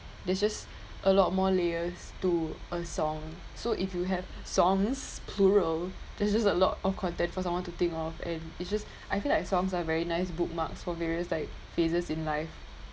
there's just a lot more layers to a song so if you have songs plural there's just a lot of contact for someone to think of and it's just I feel like songs are very nice bookmarks for various like phases in life